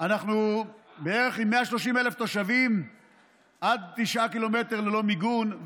אנחנו בערך עם 130,000 תושבים עד 9 קילומטר ללא מיגון,